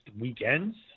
weekends